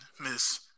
Miss